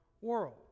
world